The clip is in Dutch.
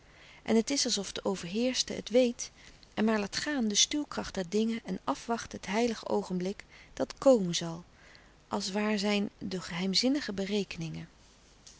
en het is alsof de overheerschte het weet en maar laat gaan de stuwkracht der dingen en afwacht het heilige oogenblik dat komen zal als waar zijn de geheimzinnige berekeningen